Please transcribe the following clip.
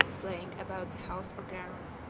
playing about the house or grounds,